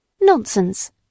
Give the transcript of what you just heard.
Nonsense